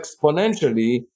exponentially